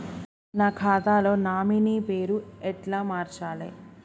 నా ఖాతా లో నామినీ పేరు ఎట్ల మార్చాలే?